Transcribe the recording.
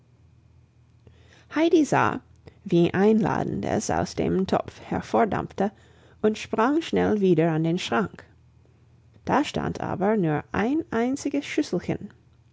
heidi sah wie einladend es aus dem topf hervordampfte und sprang schnell wieder an den schrank da stand aber nur ein einziges schüsselchen